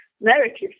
narratives